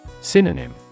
Synonym